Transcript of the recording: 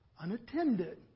unattended